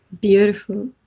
Beautiful